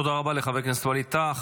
תודה רבה לחבר הכנסת ווליד טאהא.